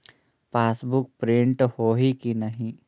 Passbook print होही कि नहीं?